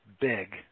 big